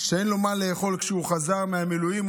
שאין לו מה לאכול כשהוא חזר ממילואים,